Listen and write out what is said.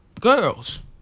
girls